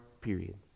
period